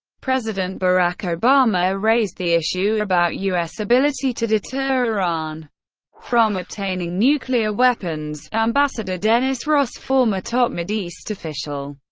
president barack obama raised the issue about u s. ability to deter iran from obtaining nuclear weapons ambassador dennis ross, former top mideast official,